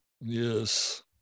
Yes